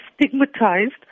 stigmatized